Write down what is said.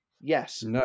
Yes